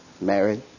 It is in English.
married